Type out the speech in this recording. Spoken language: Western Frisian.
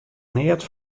neat